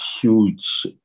huge